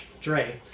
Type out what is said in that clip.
Dre